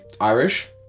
Irish